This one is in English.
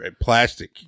plastic